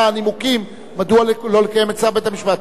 נימוקים מדוע לא לקיים את צו בית-המשפט.